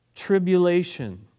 Tribulation